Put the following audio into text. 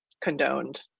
condoned